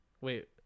Wait